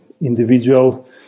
individual